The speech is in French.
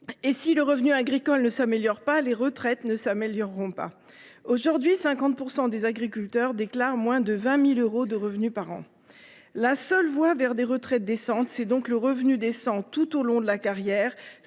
Et, si le revenu agricole ne s’améliore pas, les retraites ne s’amélioreront pas. Aujourd’hui, 50 % des agriculteurs déclarent moins de 20 000 euros de revenus par an. La seule voie vers des retraites décentes, c’est donc le revenu décent tout au long de la carrière,